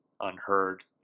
unheard